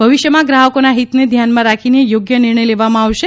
ભવિષ્યમાં ગ્રાહકોના હિતને ધ્યાનમાં રાખીને યોગ્ય નિર્ણય લેવામાં આવશે